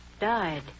died